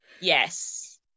Yes